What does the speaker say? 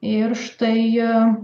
ir štai